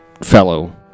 fellow